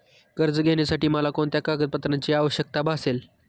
कर्ज घेण्यासाठी मला कोणत्या कागदपत्रांची आवश्यकता भासेल?